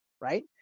right